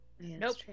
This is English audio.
Nope